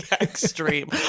extreme